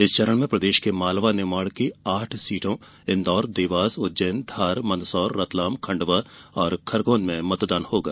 इस चरण में प्रदेश के मालवा निमाड़ की आठ सीटों इंदौर देवास उज्जैन धार मंदसौर रतलाम खंडवा और खरगौन में मतदान होगा